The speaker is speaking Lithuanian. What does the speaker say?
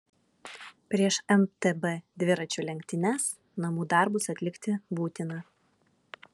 prieš mtb dviračių lenktynes namų darbus atlikti būtina